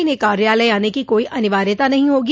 इन्हें कार्यालय आने की कोई अनिवार्यता नहीं होगी